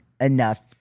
Enough